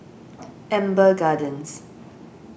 Amber Gardens